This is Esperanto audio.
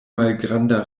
malgranda